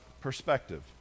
perspective